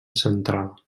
central